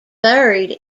buried